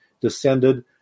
descended